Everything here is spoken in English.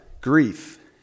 grief